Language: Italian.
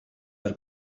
per